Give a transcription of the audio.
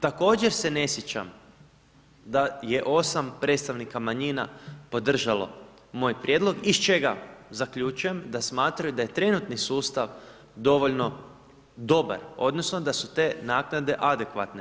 Također se ne sjećam da je 8 predstavnika manjina podržalo moj prijedlog iz čega zaključujem da smatraju da je trenutni sustav dovoljno dobar odnosno da su te naknade adekvatne.